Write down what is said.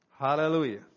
Hallelujah